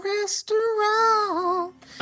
restaurant